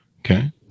okay